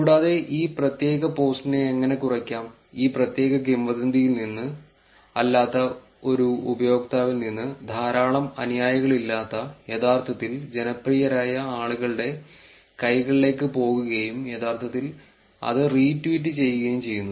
കൂടാതെ ഈ പ്രത്യേക പോസ്റ്റിനെ എങ്ങനെ കുറയ്ക്കാം ഈ പ്രത്യേക കിംവദന്തിയിൽ നിന്ന് അല്ലാത്ത ഒരു ഉപയോക്താവിൽ നിന്ന് ധാരാളം അനുയായികളില്ലാത്ത യഥാർത്ഥത്തിൽ ജനപ്രിയരായ ആളുകളുടെ കൈകളിലേക്ക് പോകുകയും യഥാർത്ഥത്തിൽ അത് റീട്വീറ്റ് ചെയ്യുകയും ചെയ്യുന്നു